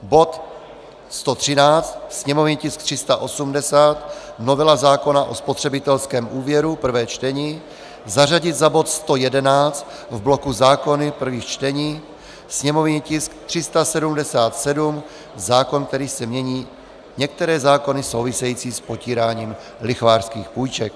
Bod 113, sněmovní tisk 380 novela zákona o spotřebitelském úvěru, prvé čtení zařadit za bod 111 v bloku zákony prvých čtení, sněmovní tisk 377 zákon, kterým se mění některé zákony související s potíráním lichvářských půjček.